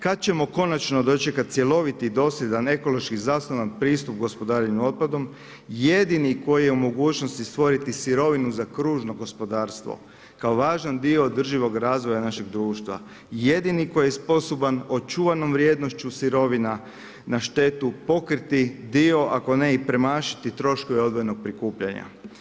Kada ćemo konačno dočekati cjeloviti i dosljedan ekološki zasnovan pristup gospodarenju otpadom, jedini koji je u mogućnosti stvoriti sirovinu za kružno gospodarstvo kao važan dio održivog razvoja našeg društva, jedini koji je sposoban očuvanom vrijednošću sirovina na štetu pokriti dio, ako ne i premašiti troškove odvojenog prikupljanja?